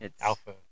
alpha